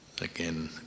Again